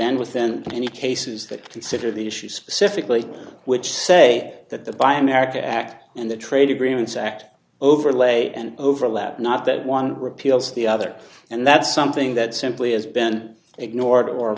and within any cases that consider the issue specifically which say that the buy america act and the trade agreements act overlay and overlap not that one repeals the other and that's something that simply has been ignored or